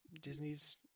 Disney's